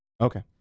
Okay